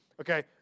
okay